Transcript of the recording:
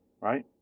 Right